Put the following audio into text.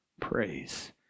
praise